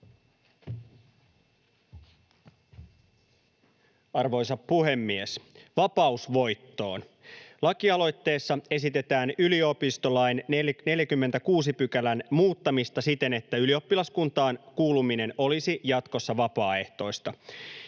Arvoisa puhemies! Vapaus voittoon. Lakialoitteessa esitetään yliopistolain 46 §:n muuttamista siten, että ylioppilaskuntaan kuuluminen olisi jatkossa vapaaehtoista.